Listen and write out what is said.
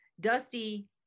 Dusty